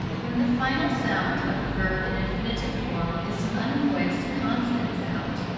when the final sound of the verb in infinitive form is an unvoiced consonant sound,